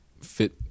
fit